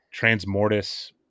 Transmortis